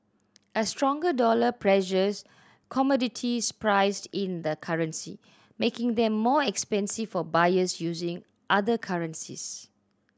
a stronger dollar pressures commodities priced in the currency making them more expensive for buyers using other currencies